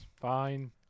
Fine